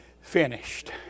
finished